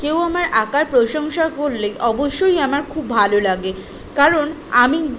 কেউ আমার আঁকার প্রশংসা করলেই অবশ্যই আমার খুব ভালো লাগে কারণ আমি